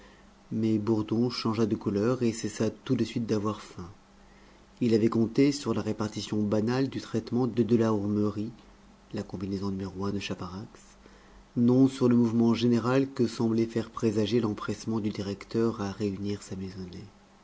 mais bourdon changea de couleur et cessa tout de suite d'avoir faim il avait compté sur la répartition banale du traitement de de la hourmerie non sur le mouvement général que semblait faire présager l'empressement du directeur à réunir sa maisonnée